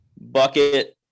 bucket